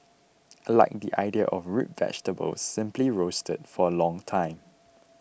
I like the idea of root vegetables simply roasted for a long time